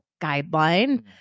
guideline